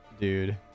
dude